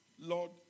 Lord